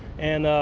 and